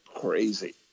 crazy